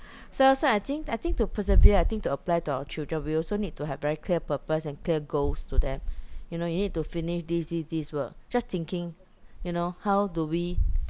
so so I think I think to persevere I think to apply to our children we also need to have very clear purpose and clear goals to them you know you need to finish this this this work just thinking you know how do we